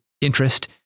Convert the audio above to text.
interest